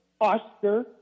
Oscar